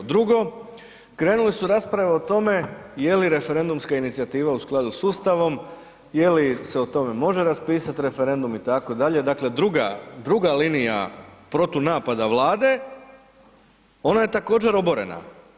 Drugo, krenule su rasprave o tome je li referendumska inicijativa u skladu s Ustavom, je li se o tome može raspisati referendum itd., dakle druga linija protunapada Vlade ona je također oborena.